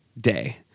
day